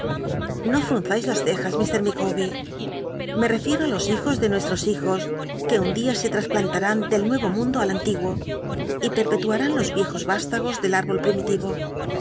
fl'lmzais las cejas mr ilicawber me refiero á los hijos de nuestos hijos que un dia se transplnnt min del nuei'o mundo al antiguo y pcrpetuanin los l'iejos vástagos del lirbol